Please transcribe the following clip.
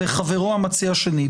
וחברו המציע השני,